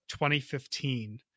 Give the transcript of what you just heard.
2015